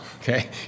okay